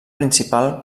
principal